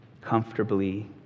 comfortably